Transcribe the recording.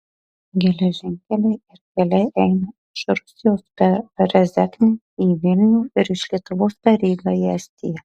geležinkeliai ir keliai eina iš rusijos per rezeknę į vilnių ir iš lietuvos per rygą į estiją